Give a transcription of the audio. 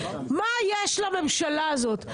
מה יש לממשלה הזאת,